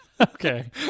Okay